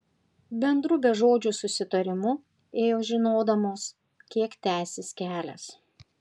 bendru bežodžiu susitarimu ėjo žinodamos kiek tęsis kelias